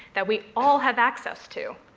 that we all have access to.